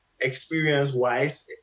experience-wise